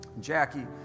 jackie